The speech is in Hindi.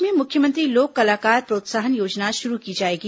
प्रदेश में मुख्यमंत्री लोक कलाकार प्रोत्साहन योजना शुरू की जायेगी